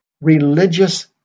religious